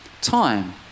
time